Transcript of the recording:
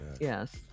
Yes